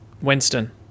Winston